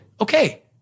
okay